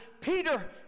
Peter